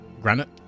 granite